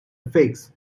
figs